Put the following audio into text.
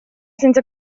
senza